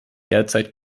derzeit